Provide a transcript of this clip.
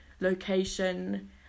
location